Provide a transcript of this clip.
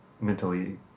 mentally